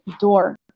door